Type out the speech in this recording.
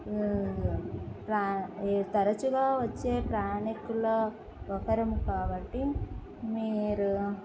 ప్రా తరచుగా వచ్చే ప్రయాణికులలో ఒకరం కాబట్టి మీరు